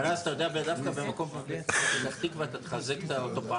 אבל אז אתה יודע דווקא במקום כמו פתח תקווה אתה תחזק אותו פעמיים.